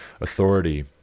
authority